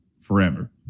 forever